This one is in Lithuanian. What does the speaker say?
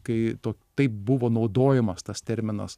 kai to taip buvo naudojamas tas terminas